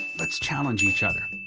let's challenge each other.